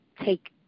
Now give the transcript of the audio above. take